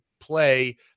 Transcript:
play